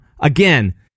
Again